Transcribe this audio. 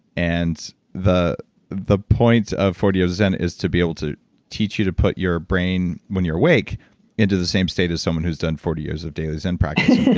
and the the point of forty years of zen is to be able to teach you to put your brain when you're awake into the same state of someone who's done forty years of daily zen practice.